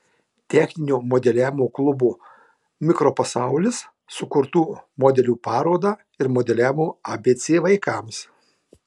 techninio modeliavimo klubo mikropasaulis sukurtų modelių paroda ir modeliavimo abc vaikams